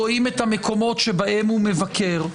רואים את המקומות שבהם הוא מבקר,